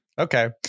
Okay